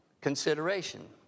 consideration